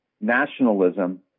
nationalism